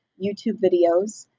youtube videos,